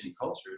culture